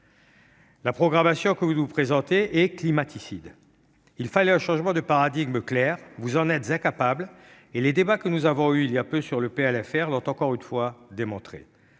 La programmation que vous nous présentez est climaticide. Il fallait un changement de paradigme clair. Vous en êtes incapables, comme les débats que nous avons eus il y a peu sur le PLFR l'ont, encore une fois, démontré.